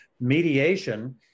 mediation